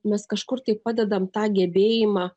mes kažkur tai padedam tą gebėjimą